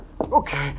Okay